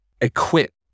equip